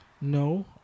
No